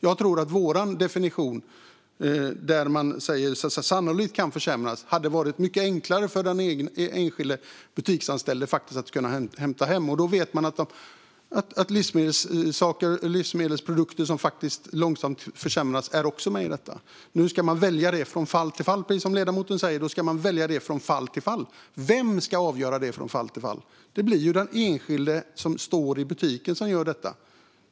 Jag tror att vår definition, där man säger "sannolikt kan försämras" hade varit mycket enklare för den enskilde butiksanställde att ta till sig. Och då skulle man veta att livsmedelsprodukter som långsamt försämras också är med i detta. Nu måste man välja från fall till fall, precis som ledamoten säger. Vem ska avgöra detta från fall till fall? Det blir ju den enskilde som står i butiken som gör det.